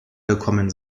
gekommen